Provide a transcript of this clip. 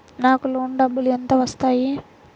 నాకు లోన్ డబ్బులు ఎంత వస్తాయి?